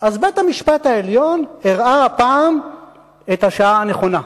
אז בית-המשפט העליון הראה הפעם את השעה הנכונה,